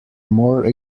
more